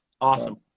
Awesome